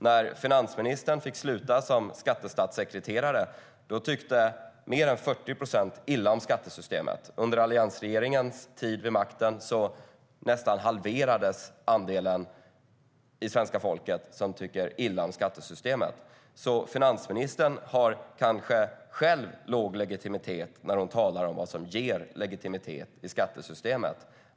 När finansministern fick sluta som skattestatssekreterare tyckte mer än 40 procent illa om skattesystemet. Under alliansregeringens tid vid makten nästan halverades andelen av svenska folket som tycker illa om skattesystemet. Så finansministern har kanske själv låg legitimitet när hon talar om vad som ger legitimitet till skattesystemet.